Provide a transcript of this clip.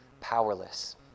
powerless